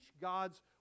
God's